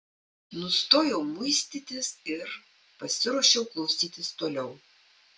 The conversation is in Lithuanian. nustojau muistytis ir pasiruošiau klausytis toliau